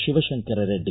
Shivashankar Reddy